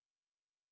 ya